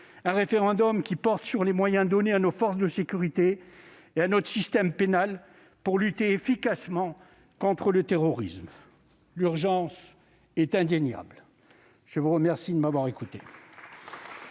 un référendum qui porte sur les moyens donnés à nos forces de sécurité et à notre système pénal pour lutter efficacement contre le terrorisme. L'urgence est indéniable ! La parole est à M.